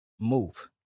move